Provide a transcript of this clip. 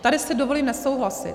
Tady si dovolím nesouhlasit.